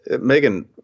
Megan